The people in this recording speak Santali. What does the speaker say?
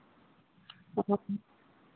ᱦᱳᱭ